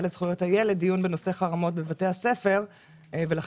לזכויות הילד יש לי דיון בנושא חרמות בבתי הספר ולכן